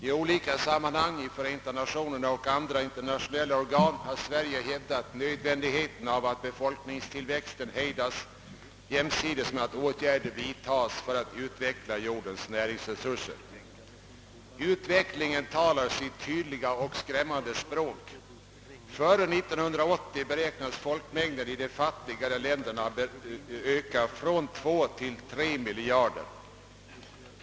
I olika sammanhang — i Förenta Nationerna och andra internationella organ — har Sverige hävdat nödvändigheten av att befolkningstillväxten hejdas jämsides med att åtgärder vidtages för att utveckla jordens näringsresurser. Utvecklingen talar sitt tydliga och skrämmande språk. Redan före 1980 beräknas folkmängden i de fattigare länderna ha ökat från 2 till 3 miljarder.